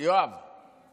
השר יואב קיש,